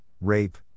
rape